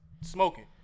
smoking